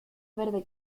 verde